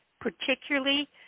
particularly